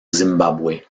zimbabwe